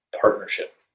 Partnership